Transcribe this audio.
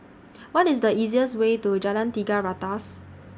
What IS The easiest Way to Jalan Tiga Ratus